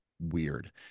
weird